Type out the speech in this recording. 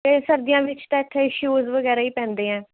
ਅਤੇ ਸਰਦੀਆਂ ਵਿੱਚ ਤਾਂ ਇੱਥੇ ਸ਼ੂਜ਼ ਵਗੈਰਾ ਹੀ ਪੈਂਦੇ ਐਂ